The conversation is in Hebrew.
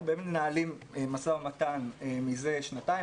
אנחנו באמת מנהלים משא-ומתן זה שנתיים,